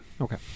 Okay